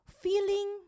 Feeling